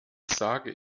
sage